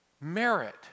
merit